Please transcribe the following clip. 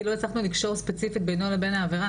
לא הצלחנו לקשור ספציפית בינו לבין העבירה,